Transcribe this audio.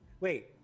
Wait